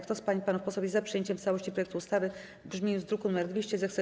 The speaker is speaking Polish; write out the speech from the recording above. Kto z pań i panów posłów jest za przyjęciem w całości projektu ustawy w brzmieniu z druku nr 200, zechce